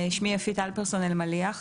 שמי יפית אלפרסון אלמליח,